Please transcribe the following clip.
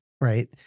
right